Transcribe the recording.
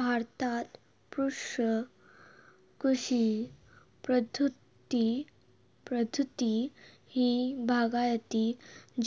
भारतात पुश कृषी पद्धती ही बागायती,